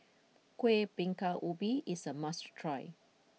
Kueh Bingka Ubi is a must try